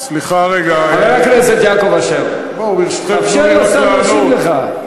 חבר הכנסת יעקב אשר, תאפשר לשר להשיב לך.